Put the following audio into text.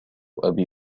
أبي